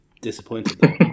disappointed